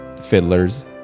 fiddlers